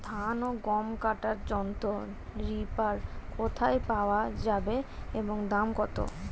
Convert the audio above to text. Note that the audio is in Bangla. ধান ও গম কাটার যন্ত্র রিপার কোথায় পাওয়া যাবে এবং দাম কত?